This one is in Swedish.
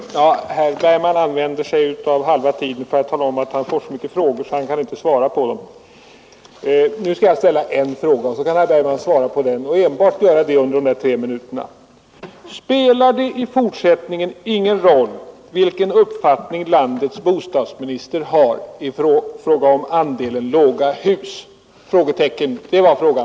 Herr talman! Herr Bergman använder halva tiden för att tala om att han får så mycket frågor att han inte kan svara på dem. Nu skall jag ställa en enda fråga, och därvid kan herr Bergman svara på den enbart under sina tre minuter. Spelar det i forsättningen ingen roll vilken uppfattning landets bostadsminister har i fråga om andelen låghus? Det var frågan.